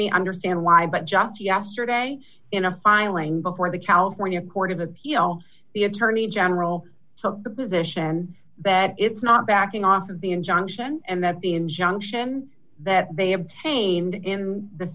me understand why but just yesterday in a filing before the california court of appeal the attorney general took the position that it's not backing off of the injunction and that the injunction that they obtained in the